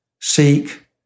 seek